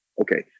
okay